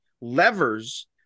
levers